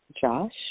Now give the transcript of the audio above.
Josh